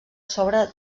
sobre